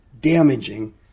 damaging